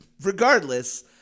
Regardless